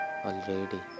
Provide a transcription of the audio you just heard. Already